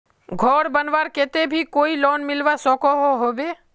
घोर बनवार केते भी कोई लोन मिलवा सकोहो होबे?